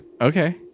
Okay